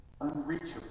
unreachable